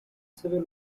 civil